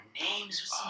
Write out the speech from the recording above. names